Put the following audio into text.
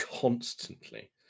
constantly